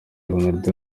ronaldo